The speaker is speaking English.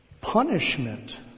punishment